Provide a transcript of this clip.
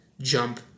jump